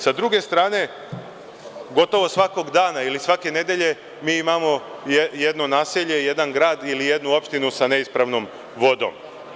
Sa druge strane, gotovo svakog dana ili svake nedelje mi imamo jedno naselje, jedan grad ili jednu opštinu sa neispravnom vodom.